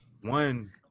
one